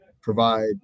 provide